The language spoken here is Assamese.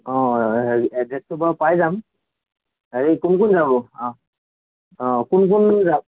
অঁ হেৰি এড্ৰেছটো বাৰু পাই যাম হেৰি কোন কোন যাব অঁ কোন কোন যাব